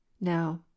now